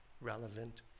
relevant